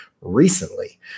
recently